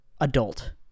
Adult